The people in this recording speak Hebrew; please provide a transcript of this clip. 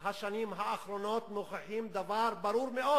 השנים האחרונות מוכיחים דבר ברור מאוד,